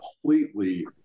completely